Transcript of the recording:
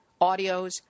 audios